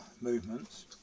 movements